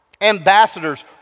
ambassadors